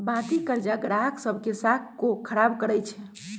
बाँकी करजा गाहक सभ के साख को खराब करइ छै